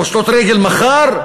פושטות רגל מחר,